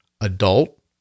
adult